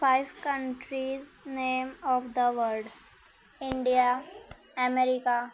five countries name of the world India America